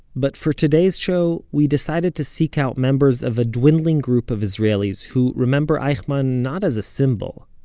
but for today's show, we decided to seek out members of a dwindling group of israelis who remember eichmann not as a symbol,